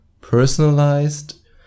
personalized